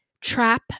Trap